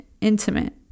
intimate